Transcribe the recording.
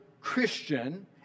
Christian